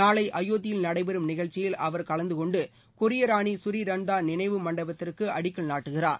நாளை அயோத்தியில் நடைபெறும் நிகழ்ச்சியில் அவர் கலந்து கொண்டு கொரிய ராணி கரி ரன்தா நினைவு மண்டபத்திற்கு அடிக்கல் நாட்டுகிறார்